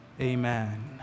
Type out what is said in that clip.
amen